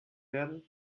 werden